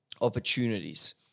opportunities